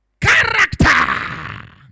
Character